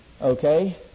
Okay